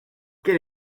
quel